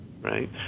right